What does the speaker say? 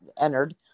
entered